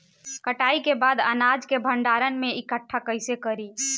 कटाई के बाद अनाज के भंडारण में इकठ्ठा कइसे करी?